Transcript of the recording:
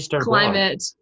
climate